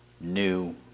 new